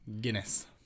Guinness